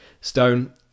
stone